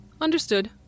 Understood